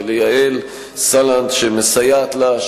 וליעל סלנט שמסייעת לה,